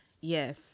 Yes